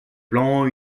plan